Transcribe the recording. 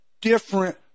different